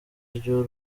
ry’uru